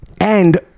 And-